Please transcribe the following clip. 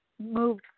moved